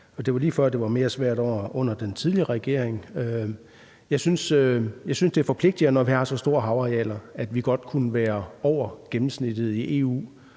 Det var lige før, det var mere svært under den tidligere regering. Jeg synes, det forpligter, at vi har så store havarealer; så kunne vi godt være over gennemsnittet i EU.